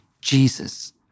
Jesus